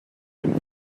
dem